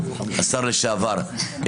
השר לשעבר,